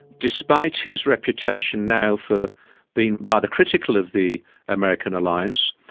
despite his reputation now for being rather critical of the american alliance,